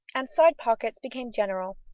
and side pockets became general.